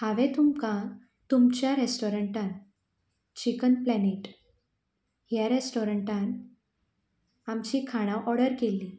हांवें तुमकां तुमच्या रेस्टोरंटांत चिकन प्लेनेट ह्या रेस्टोरंटांत आमची खाणां ओर्डर केल्ली